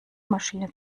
maschine